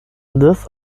this